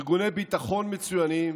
ארגוני ביטחון מצוינים